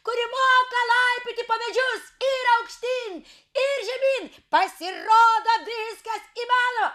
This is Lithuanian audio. kuri moka laipioti po medžius ir aukštyn ir žemyn pasirodo viskas įmanoma